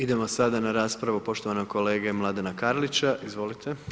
Idemo sada na raspravu poštovanog kolege Mladena Karlića, izvolite.